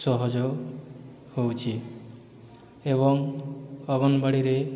ସହଜ ହେଉଛି ଏବଂ ଅଙ୍ଗନବାଡ଼ିରେ